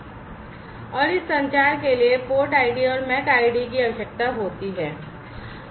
और इस संचार के लिए पोर्ट आईडी और MAC आईडी की आवश्यकता होती है